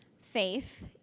faith